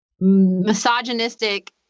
misogynistic